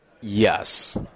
Yes